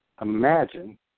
Imagine